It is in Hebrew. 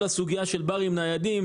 כל הסוגייה של בארים ניידים.